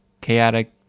chaotic